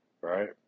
right